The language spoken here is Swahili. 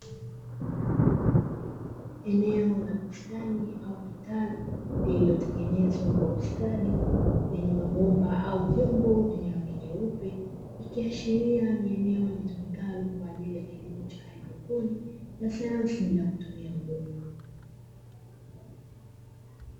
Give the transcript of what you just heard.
Eneo la bustani au kitalu lililotengenezwa kwa ustadi lenye mabomba au vyombo vyenye rangi nyeupe, ikiashiria ni eneo litumikalo kwa ajili ya kilimo cha haidroponi cha sayansi bila kutumia udongo.